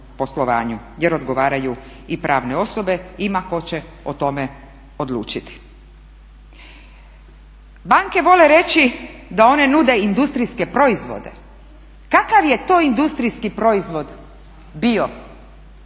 jer odgovaraju i pravne osobe. Ima tko će o tome odlučiti. Banke vole reći da one nude industrijske proizvode. Kakav je to industrijski proizvod bio